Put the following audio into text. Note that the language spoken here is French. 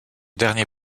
dernier